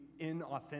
inauthentic